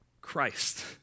Christ